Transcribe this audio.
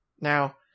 Now